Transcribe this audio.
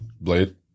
Blade